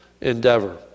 endeavor